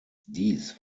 dies